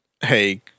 hey